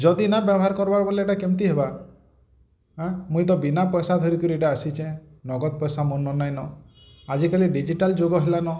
ଯଦି ନା ବ୍ୟବହାର କରିବାର୍ ବୋଲେ ଏଟା କେମ୍ତି ହେବା ମୁଇଁତ ବିନା ପଇସା ଧରକିରି ଏଇଟି ଆସିଚେଁ ନଗଦ ପଇସା ମୁଇଁନ ନାଇଁନ ଆଜିକାଲି ଡିଜିଟାଲ୍ ଯୁଗ ହେଲାନ୍